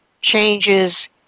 changes